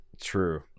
True